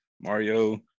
mario